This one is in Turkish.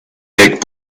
dek